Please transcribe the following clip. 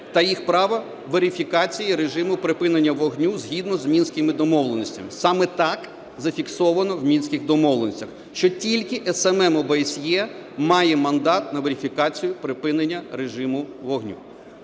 та їх право верифікації режиму припинення вогню згідно з Мінськими домовленостями. Саме так зафіксовано в Мінських домовленостях, що тільки СММ ОБСЄ має мандат на верифікацію припинення режиму вогню.